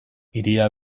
hiria